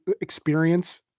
experience